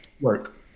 work